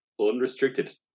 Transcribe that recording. unrestricted